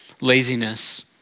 laziness